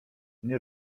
nie